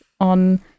on